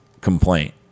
complaint